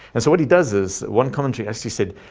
and so what he does is one commentary as he said,